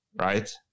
right